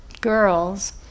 girls